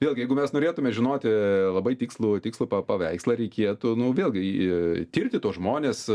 vėlgi jeigu mes norėtume žinoti labai tikslų tikslų pa paveikslą reikėtų nu vėlgi tirti tuos žmones